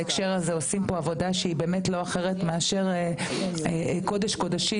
בהקשר הזה עושים פה עבודה שהיא באמת לא אחרת מקודש קודשים.